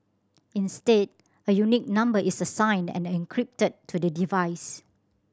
instead a unique number is assigned and encrypted to the device